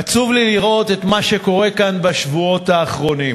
עצוב לי לראות את מה שקורה כאן בשבועות האחרונים.